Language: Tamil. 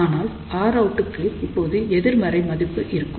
ஆனால் Rout க்கு இப்போது எதிர்மறை மதிப்பு இருக்கும்